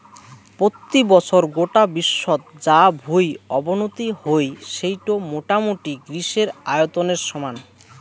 পত্যি বছর গোটা বিশ্বত যা ভুঁই অবনতি হই সেইটো মোটামুটি গ্রীসের আয়তনের সমান